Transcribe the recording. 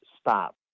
stop